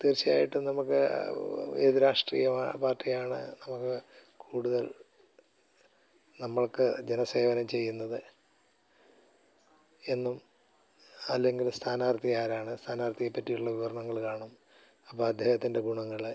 തീർച്ചയായിട്ടും നമുക്ക് ഏത് രാഷ്ട്രീയമാ പാർട്ടിയാണ് നമുക്ക് കൂടുതൽ നമ്മൾക്ക് ജനസേവനം ചെയ്യുന്നത് എന്നും അല്ലെങ്കിൽ സ്ഥാനാർത്ഥി ആരാണ് സ്ഥാനാർത്ഥിയെപ്പറ്റിയുള്ള വിവരണങ്ങൾ കാണും അപ്പം അദ്ദേഹത്തിൻ്റെ ഗുണങ്ങൾ